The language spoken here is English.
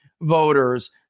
voters